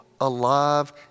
Alive